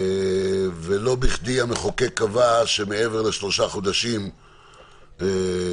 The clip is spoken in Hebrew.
ולא בכדי המחוקק קבע שמעבר לשלושה חודשים אי-אפשר